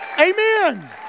Amen